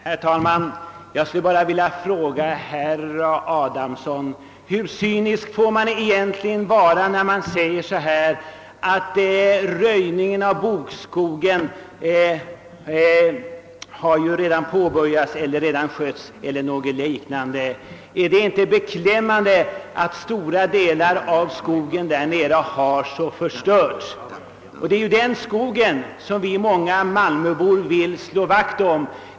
Herr talman! Jag skulle bara vilja fråga herr Adamsson: Hur cynisk får man egentligen vara? Herr Adamsson sade att röjningen av bokskogen redan påbörjats. Är det inte beklämmande att stora delar av skogen genom den fruktansvärda stormen har förstörts? Det är ju den skogen som vi många malmöbor vill slå vakt om.